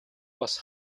бас